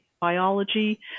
biology